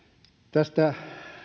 tästä